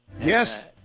Yes